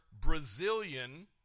Brazilian